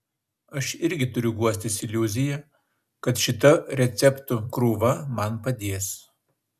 aš irgi turiu guostis iliuzija kad šita receptų krūva man padės